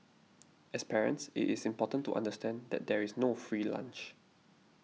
as parents it is important to understand that there is no free lunch